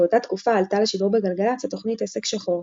באותה תקופה עלתה לשידור בגלגלצ התוכנית "עסק שחור",